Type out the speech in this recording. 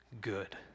good